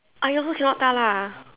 I also can not 大辣